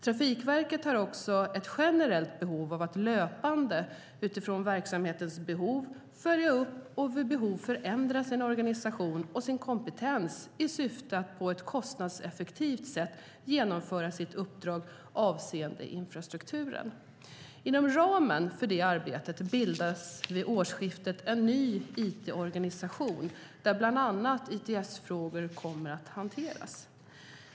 Trafikverket har också ett generellt behov av att löpande, utifrån verksamhetens behov, följa upp och vid behov förändra sin organisation och sin kompetens i syfte att på ett kostnadseffektivt sätt genomföra sitt uppdrag avseende infrastrukturen. Inom ramen för det arbetet bildas vid årsskiftet en ny IT-organisation där bland annat ITS-frågor kommer att hanteras.